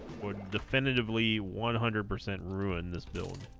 would definitively one hundred percent ruin this build